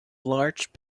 large